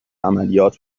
عملیات